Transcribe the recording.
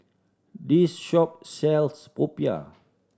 this shop sells popiah